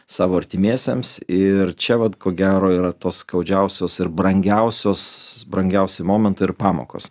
savo artimiesiems ir čia vat ko gero yra tos skaudžiausios ir brangiausios brangiausi momentai ir pamokos